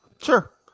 sure